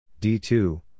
D2